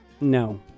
No